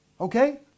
okay